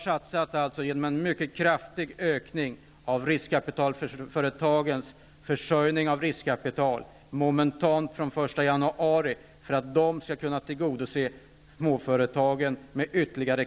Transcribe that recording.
Vi har genomfört en mycket kraftig ökning av riskkapitalföretagens försörjning med riskkapital momentant från 1 januari för att de skall ha kapacitet att tillgodose småföretagen.